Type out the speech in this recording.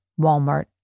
Walmart